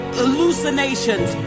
hallucinations